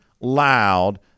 loud